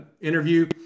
interview